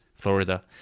florida